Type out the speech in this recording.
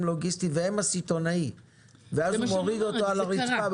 לוגיסטיים והם הסיטונאיים ואז הם מורידים אותם לרצפה.